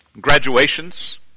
Graduations